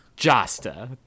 Jasta